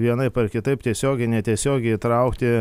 vienaip ar kitaip tiesiogiai netiesiogiai įtraukti